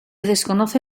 desconoce